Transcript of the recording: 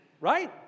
Right